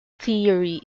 theory